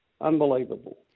unbelievable